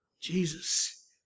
Jesus